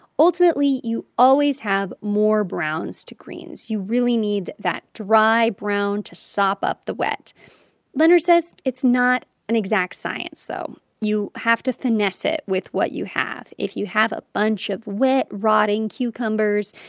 ultimately, you always have more browns to greens. you really need that dry brown to sop up the wet leonard says it's not an exact science, so you have to finesse it with what you have. if you have a bunch of wet rotting cucumbers,